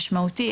משמעותי,